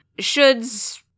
Shoulds